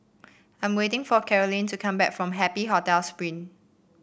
I'm waiting for Caroline to come back from Happy Hotel Spring